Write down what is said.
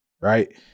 right